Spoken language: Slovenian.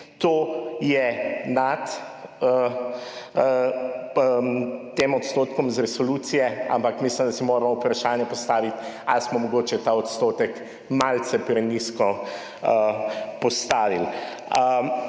to je nad tem odstotkom iz resolucije, ampak mislim, da si moramo vprašanje postaviti, ali smo mogoče ta odstotek malce prenizko postavili.